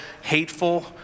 hateful